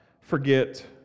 forget